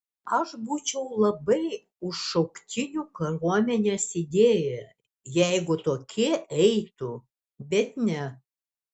aš būčiau labai už šauktinių kariuomenės idėją jeigu tokie eitų bet ne